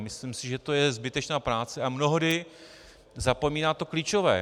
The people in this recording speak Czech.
Myslím si, že to je zbytečná práce a mnohdy zapomíná to klíčové.